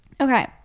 okay